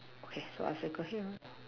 okay so I circle here